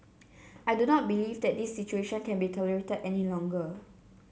I do not believe that this situation can be tolerated any longer